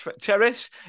cherish